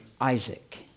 Isaac